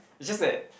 it's just that